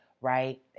right